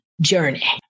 journey